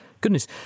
Goodness